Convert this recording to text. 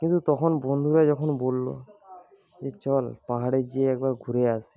কিন্তু তখন বন্ধুরা যখন বললো যে চল পাহাড়ে যেয়ে একবার ঘুরে আসি